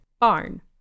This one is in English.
Barn